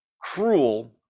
cruel